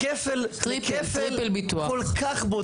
לכפל, כפל כל כך בוטה.